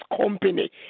company